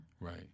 Right